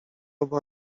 obu